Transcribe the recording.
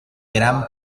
gran